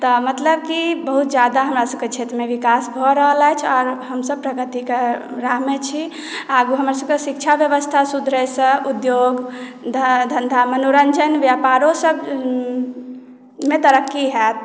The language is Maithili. तऽ मतलब कि बहुत ज्यादा हमरा सभकेँ क्षेत्रमे विकास भऽ रहल अछि और हमसभ प्रगतिकेँ राहमे छी आगू हमर सभकेँ शिक्षा व्यवस्था सुधरै सँ उद्योग धन्धा मनोरञ्जन व्यापारो सभमे तरक्की होएत